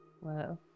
Wow